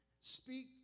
speak